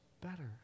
better